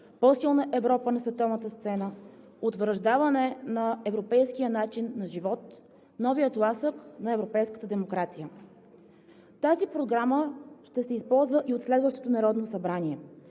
„По-силна Европа на световната сцена“, утвърждаване на европейския начин на живот, новият тласък на европейската демокрация. Тази програма ще се използва и от следващото Народното събрание.